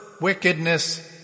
wickedness